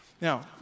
Now